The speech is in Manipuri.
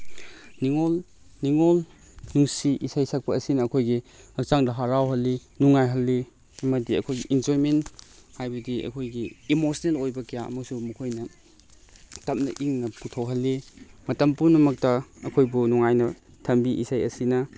ꯅꯤꯡꯉꯣꯜ ꯅꯨꯡꯁꯤ ꯏꯁꯩ ꯁꯛꯄ ꯑꯁꯤꯅ ꯑꯩꯈꯣꯏꯒꯤ ꯍꯛꯆꯥꯡꯗ ꯍꯔꯥꯎꯍꯜꯂꯤ ꯅꯨꯡꯉꯥꯏꯍꯜꯂꯤ ꯑꯃꯗꯤ ꯑꯩꯈꯣꯏꯒꯤ ꯏꯟꯖꯣꯏꯃꯦꯟ ꯍꯥꯏꯕꯗꯤ ꯑꯩꯈꯣꯏꯒꯤ ꯏꯃꯣꯁꯟꯅꯦꯜ ꯑꯣꯏꯕ ꯀꯌꯥ ꯑꯃꯁꯨ ꯃꯈꯣꯏꯅ ꯇꯞꯅ ꯏꯪꯅ ꯄꯨꯊꯣꯛꯍꯜꯂꯤ ꯃꯇꯝ ꯄꯨꯝꯅꯃꯛꯇ ꯑꯩꯈꯣꯏꯕꯨ ꯅꯨꯡꯉꯥꯏꯅ ꯊꯝꯕꯤ ꯏꯁꯩ ꯑꯁꯤꯅ